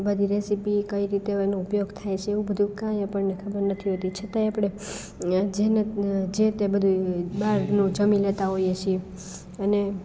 બધી રેસીપી કઈ રીતે હોય એનો ઉપયોગ થાય છે એવું બધું કંઈ આપણને ખબર નથી હોતી છતાંય આપણે જેતે બધુંય બારનું જમી લેતા હોઈએ છીએ અને